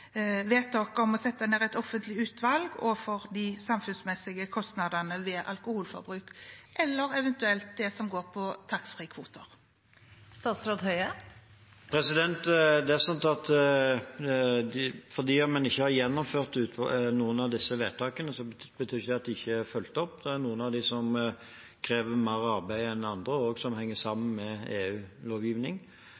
om å sette ned et offentlig utvalg og for de samfunnsmessige kostnadene ved alkoholforbruk – eller eventuelt det som går på taxfreekvoter. At en ikke har gjennomført noen av disse vedtakene, betyr ikke at de ikke er fulgt opp. Det er noen av dem som krever mer arbeid enn andre, og som henger